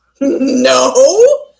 No